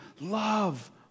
Love